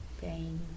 Pain